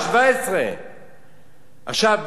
17. עכשיו,